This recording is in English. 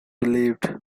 believed